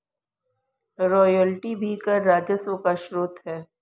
royalty भी कर राजस्व का स्रोत है